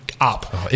up